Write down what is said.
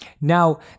Now